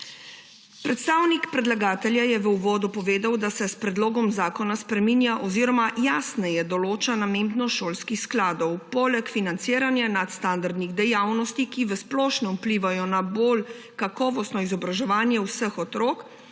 Predstavnik predlagatelja je v uvodu povedal, da se s predlogom zakona spreminja oziroma jasneje določa namembnost šolskih skladov. Poleg financiranja nadstandardnih dejavnosti, ki v splošnem vplivajo na bolj kakovostno izobraževanje vseh otrok